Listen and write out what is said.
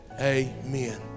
amen